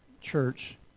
church